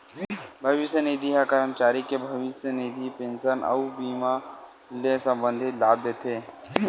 भविस्य निधि ह करमचारी के भविस्य निधि, पेंसन अउ बीमा ले संबंधित लाभ देथे